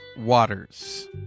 Waters